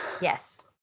Yes